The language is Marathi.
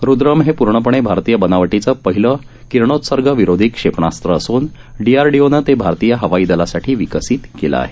रुद्रम हे पूर्णपणे भारतीय बनावटीचं पहिलं किरणोत्सर्गविरोधी क्षेपणास्त्र असून शीआरशीओनं ते भारतीय हवाई दलासाठी विकसित केलं आहे